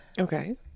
Okay